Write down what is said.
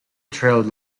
trailed